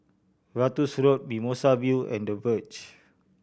Ratus Road Mimosa View and The Verge